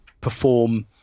perform